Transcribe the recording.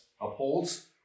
upholds